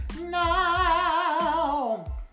now